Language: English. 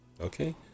Okay